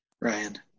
Ryan